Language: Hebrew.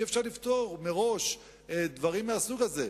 אי-אפשר לפטור מראש דברים מהסוג הזה.